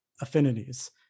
affinities